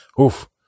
oof